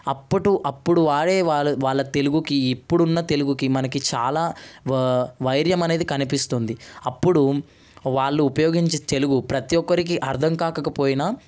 అప్పుటు అప్పుడు వారే వాళ్ళ వాళ్ళ తెలుగుకి ఇప్పుడున్న తెలుగుకి మనకి చాలా వై వైర్యమనేది కనిపిస్తుంది అప్పుడు వాళ్ళు ఉపయోగించే తెలుగు ప్రతి ఒక్కరికి అర్ధంకాకకపోయినా